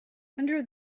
under